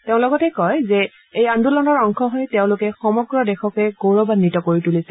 তেওঁ লগতে কয় যে এই আন্দোলনৰ অংশ হৈ তেওঁলোকে সমগ্ৰ দেশকে গৌৰৱান্বিত কৰি তুলিছে